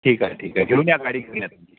ठीक आहे ठीक आहे घेऊन या गाडी घेऊन या तुमची